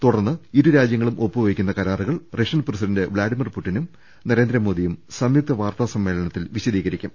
തുടർന്ന് ഇരു രാജ്യങ്ങളും ഒപ്പു വെക്കുന്ന കരാറുകൾ റഷ്യൻ പ്രസിഡന്റ് വ്ളാഡിമർ പുടിനും നരേന്ദ്രമോദിയും സംയുക്ത വാർത്താ സമ്മേ ളനത്തിൽ വിശദീകരിക്കും